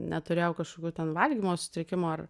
neturėjau kažkokių ten valgymo sutrikimų ar